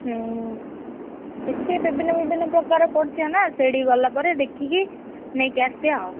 ହୁଁ କିଛି ବିଭିନ୍ନ ବିଭିନ୍ନ ପ୍ରକାର ପଡ଼ିଥିବ ନା ସେଇଠି ଗଲା ପରେ ଦେଖିକି ନେଇକି ଆସିବା ଆଉ